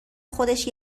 خودش